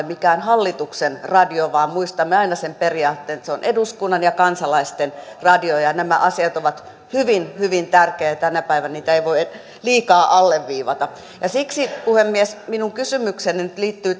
mikään hallituksen radio vaan muistamme aina sen periaatteen että se on eduskunnan ja kansalaisten radio nämä asiat ovat hyvin hyvin tärkeitä ja tänä päivänä niitä ei voi liikaa alleviivata siksi puhemies minun kysymykseni nyt liittyy